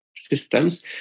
Systems